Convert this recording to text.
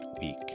week